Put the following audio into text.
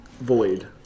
void